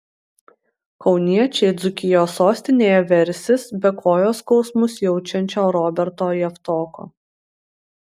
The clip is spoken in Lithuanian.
kauniečiai dzūkijos sostinėje versis be kojos skausmus jaučiančio roberto javtoko